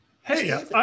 hey